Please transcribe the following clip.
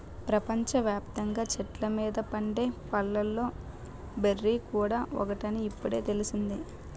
ప్రపంచ వ్యాప్తంగా చెట్ల మీద పండే పళ్ళలో బెర్రీ కూడా ఒకటని ఇప్పుడే తెలిసింది